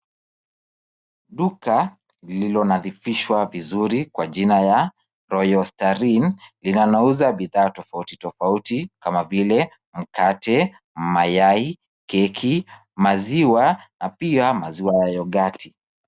Duka lilillo nadhifishwa vizuri kwa jina ya Royal Star Inn linauza bidhaa tofauti tofauti kama vile mkate, mayai, keki, maziwa na pia maziwa ya yoghurt